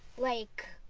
like